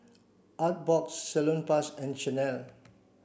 Artbox Salonpas and Chanel